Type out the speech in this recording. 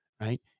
right